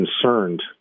concerned